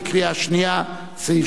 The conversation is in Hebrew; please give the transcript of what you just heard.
בקריאה שנייה, סעיף